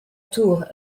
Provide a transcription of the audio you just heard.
tour